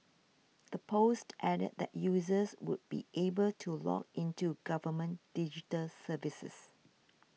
the post added that users would be able to log into government digital services